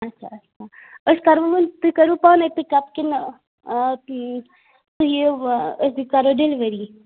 اَچھا اَچھا أسۍ کَروٕ ونۍ تُہۍ کٔروٕ پانے پِکپ کِنہٕ یہِ أسۍ کَرو ڈٮ۪لؤری